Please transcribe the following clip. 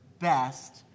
best